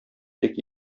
тик